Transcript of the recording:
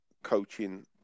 coaching